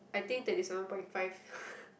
I think thirty seven point five